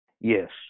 Yes